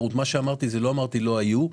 לא אמרתי שלא היו,